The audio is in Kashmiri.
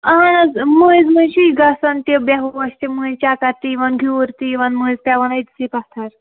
اَہَن حظ مٔنٛزۍ مٔنٛزۍ چھِ یہِ گژھان تہِ بےٚ ہوش تہِ مٔنٛزۍ چَکَر تہِ یِوان گیٛوٗر تہِ یِوان مٔنٛزۍ پیٚوان أتۍتھٕے پَتھَر